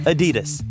Adidas